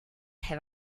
have